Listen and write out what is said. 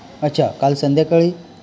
अच्छा काल संध्याकाळी